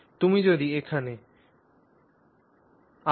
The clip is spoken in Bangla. তুমি যদি এখানে দেখ যদি তুমি আঁক